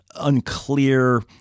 unclear